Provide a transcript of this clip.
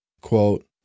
quote